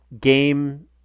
Game